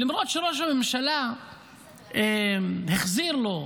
למרות שראש הממשלה החזיר לו,